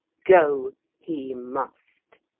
go he must.